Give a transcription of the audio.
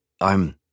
I'm-